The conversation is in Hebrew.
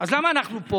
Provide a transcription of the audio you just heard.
אז למה אנחנו פה?